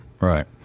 Right